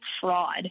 fraud